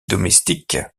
domestiques